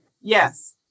yes